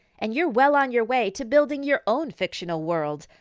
and you're well on your way to building your own fictional world.